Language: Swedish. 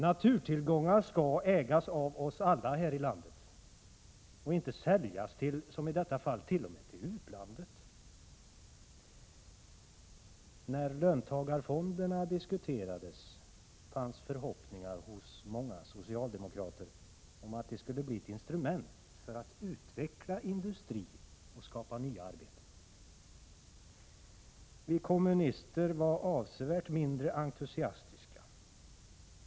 Naturtillgångar skall ägas av oss alla här i landet och inte, som i detta fall, säljas t.o.m. till utlandet. När löntagarfonderna diskuterades fanns förhoppningar hos många socialdemokrater om att de skulle bli ett instrument för att utveckla industri och skapa nya arbeten. Vi kommunister var avsevärt mindre entusiastiska.